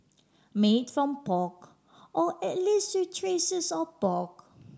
made from pork or at least with traces of pork